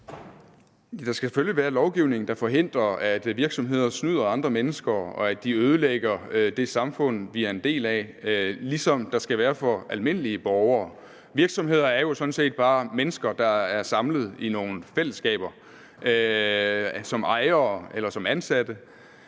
Der skal selvfølgelig være lovgivning, der forhindrer, at virksomheder snyder andre mennesker og ødelægger det samfund, vi er en del af, ligesom der skal være for almindelige borgere. Virksomheder er jo sådan set bare mennesker, der er samlet i nogle fællesskaber som ejere eller som ansatte.